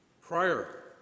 prior